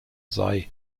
sei